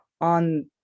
on